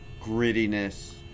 grittiness